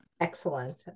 excellent